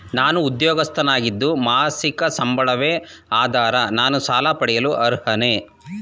ನಾನು ಉದ್ಯೋಗಸ್ಥನಾಗಿದ್ದು ಮಾಸಿಕ ಸಂಬಳವೇ ಆಧಾರ ನಾನು ಸಾಲ ಪಡೆಯಲು ಅರ್ಹನೇ?